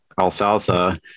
alfalfa